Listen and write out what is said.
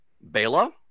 Bela